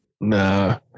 Nah